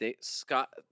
Scott